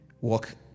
walk